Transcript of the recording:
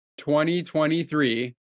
2023